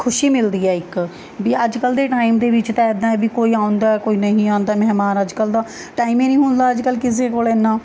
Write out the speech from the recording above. ਖੁਸ਼ੀ ਮਿਲਦੀ ਹੈ ਇੱਕ ਵੀ ਅੱਜ ਕੱਲ੍ਹ ਦੇ ਟਾਈਮ ਦੇ ਵਿੱਚ ਤਾਂ ਇੱਦਾਂ ਹੈ ਵੀ ਕੋਈ ਆਉਂਦਾ ਕੋਈ ਨਹੀਂ ਆਉਂਦਾ ਮਹਿਮਾਨ ਅੱਜ ਕੱਲ੍ਹ ਦਾ ਟਾਈਮ ਹੀ ਨਹੀਂ ਹੁੰਦਾ ਅੱਜ ਕੱਲ੍ਹ ਕਿਸੇ ਕੋਲ ਇੰਨਾਂ